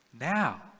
Now